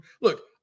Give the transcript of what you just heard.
look